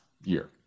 year